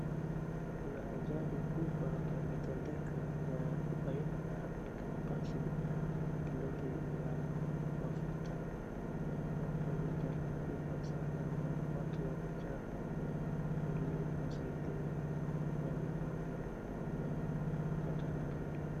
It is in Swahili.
Kuna ajali kubwa hapa imetendeka ya aina ya ni kama basi na lori ya mafuta, ambapo hii ajali ni kubwa sana na watu wamejaa hapo ili wasaidie wenye wameungua ama wamepatwa na ajali.